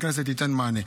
הכנסת תיתן מענה.